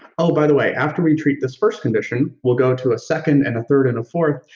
oh, by the way, after we treat this first condition, we'll go to a second and a third and a fourth,